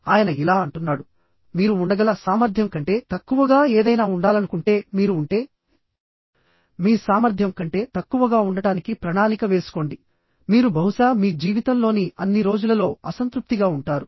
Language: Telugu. ఆయన ఇలా అంటున్నాడు మీరు ఉండగల సామర్థ్యం కంటే తక్కువగా ఏదైనా ఉండాలనుకుంటే మీరు ఉంటే మీ సామర్థ్యం కంటే తక్కువగా ఉండటానికి ప్రణాళిక వేసుకోండి మీరు బహుశా మీ జీవితంలోని అన్ని రోజులలో అసంతృప్తిగా ఉంటారు